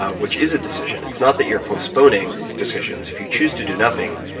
ah which is a decision. it's not that you're postponing decisions. if you choose to do nothing,